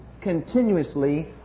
continuously